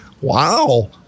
Wow